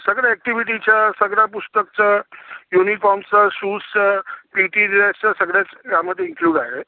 सगळ्या ॲक्टिव्हिटीच्या सगळ्या पुस्तकचं युनिफॉर्म्सचं शूजचं पी टी ड्रेसचं सगळंच यामध्ये इन्क्लुड आहे